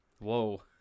whoa